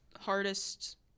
hardest